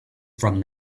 from